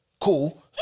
cool